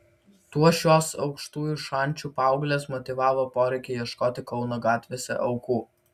tuo šios aukštųjų šančių paauglės motyvavo poreikį ieškoti kauno gatvėse aukų